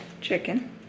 Chicken